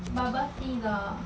bubble tea 的